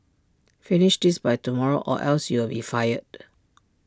finish this by tomorrow or else you'll be fired